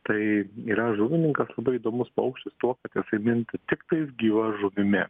tai yra žuvininkas labai įdomus paukštis tuo kad jisai minta tiktais gyva žuvimi